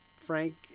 Frank